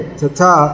tata